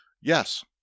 Yes